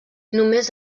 només